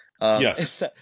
Yes